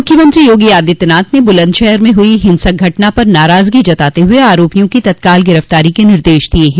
मुख्यमंत्री योगी आदित्यनाथ ने बुलन्दशहर में हुई हिंसक घटना पर नाराजगी जताते हुए आरोपियों की तत्काल गिरफ्तारी के निर्देश दिये हैं